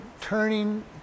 turning